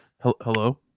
hello